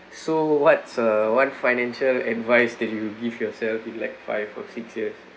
so what's a what financial advice that you will give yourself in like five or six years